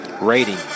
rating